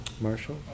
Marshall